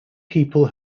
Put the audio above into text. people